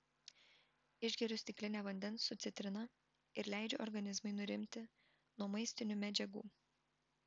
išgeriu stiklinę vandens su citrina ir leidžiu organizmui nurimti nuo maistinių medžiagų